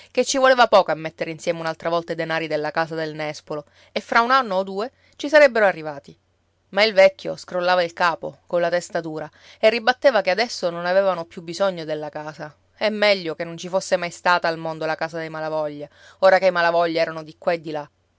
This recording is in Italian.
che ci voleva poco a mettere insieme un'altra volta i denari della casa del nespolo e fra un anno o due ci sarebbero arrivati ma il vecchio scrollava il capo colla testa dura e ribatteva che adesso non avevano più bisogno della casa e meglio che non ci fosse mai stata al mondo la casa dei malavoglia ora che i malavoglia erano di qua e di là